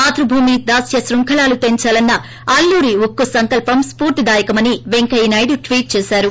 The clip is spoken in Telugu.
మాతృభూమి దాస్య శృంఖలాలు తెంచాలన్న అల్లూరి ఉక్కుసంకల్పం స్పూర్తిదాయకం అనీ పెంకయ్యనాయుడు ట్వీట్ చేశారు